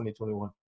2021